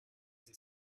the